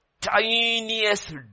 tiniest